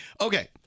Okay